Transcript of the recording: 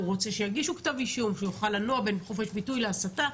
הוא רוצה שיגישו כתב אישום שיוכל לנוע בין חופש ביטוי להסתה.